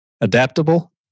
Adaptable